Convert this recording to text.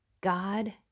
God